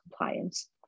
compliance